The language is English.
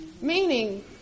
meaning